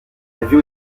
avion